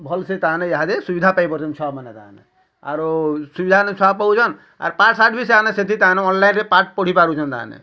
ଭଲ୍ ସେ ତା' ନେ ୟାହାଦେ ସୁବିଧା ପାଇପାରୁଛନ୍ ଛୁଆମାନେ ତାହାଲେ ଆରୁ ସୁବିଧା ସିନା ପାଉଛନ୍ ଆର୍ ପାଠ୍ ଶାଠ୍ ବି ସେମାନେ ସେଥି ତାନୁ ଅନ୍ଲାଇନ୍ରେ ପାଠ୍ପଢ଼ି ପାରୁଛନ୍ତି ତା'ମାନେ